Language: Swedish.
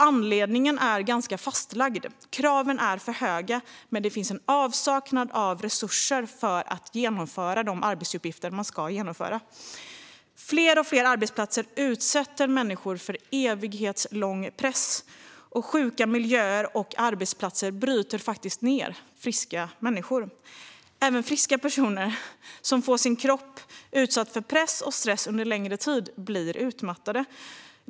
Anledningen är fastslagen: Kraven är höga, men det finns en avsaknad av resurser för att genomföra de arbetsuppgifter man ska genomföra. Allt fler arbetsplatser utsätter människor för evighetslång press. Sjuka miljöer och arbetsplatser bryter faktiskt ned friska personer. Även friska personer som får sin kropp utsatt för press och stress under längre tid blir utmattade.